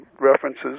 references